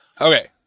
okay